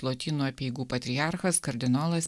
lotynų apeigų patriarchas kardinolas